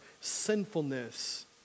sinfulness